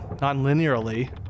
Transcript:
non-linearly